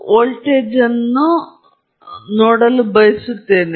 ನೀವು ಕೇವಲ x gram ನೀರಿನಲ್ಲಿ ಮತ್ತು ಒಂದು ಲೀಟರ್ ಗಾಳಿಯ ಮೂಲಕ ಅದನ್ನು ಸಹಾಯ ಮಾಡುವುದಿಲ್ಲ